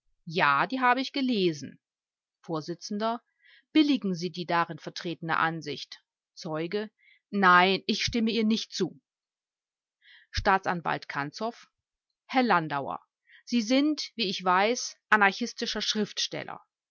ja die habe ich gelesen vors billigen sie die darin vertretene ansicht zeuge nein ich stimme ihr nicht zu staatsanwalt kanzow herr landauer sie sind wie ich weiß anarchistischer schriftsteller